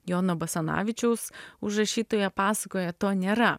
jono basanavičiaus užrašytoje pasakoje to nėra